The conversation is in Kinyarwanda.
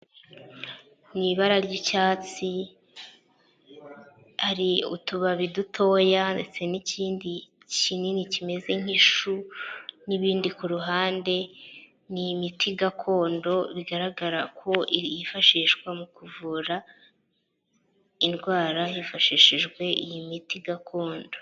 Mu ibara ry'icyatsi ari utubabi dutoya ndetse n'ikindi kinini kimeze nk'ishu n'ibindi ku ruhande, ni imiti gakondo bigaragara ko iri yifashishwa mu kuvura indwara, hifashishijwe iyi miti gakondo.